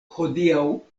hodiaŭ